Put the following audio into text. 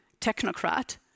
technocrat